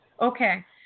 Okay